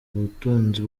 ubutunzi